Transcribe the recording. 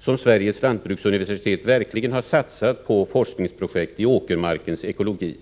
som Sveriges lantbruksuniversitet verkligen har satsat på forskningsprojekt i åkermarkens ekologi.